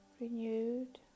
renewed